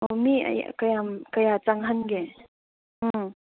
ꯑꯣ ꯃꯤ ꯀꯌꯥꯝ ꯀꯌꯥ ꯆꯪꯍꯟꯒꯦ ꯎꯝ